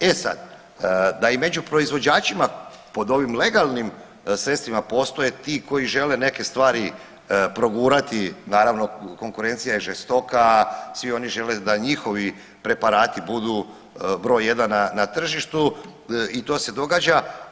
E sad, da i među proizvođačima pod ovim legalnim sredstvima postoje ti koji žele neke stvari progurati, naravno konkurencija je žestoka, svi oni žele da njihovi preparati budu broj jedan na tržištu i to se događa.